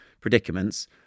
predicaments